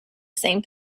same